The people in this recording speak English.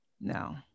no